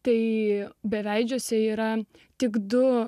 kai beveidžiuose yra tik du